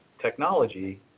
technology